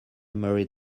married